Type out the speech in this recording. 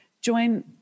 join